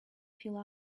fill